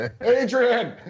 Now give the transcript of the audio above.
Adrian